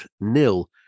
nil